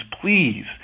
please